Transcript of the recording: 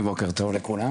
בוקר טוב לכולם,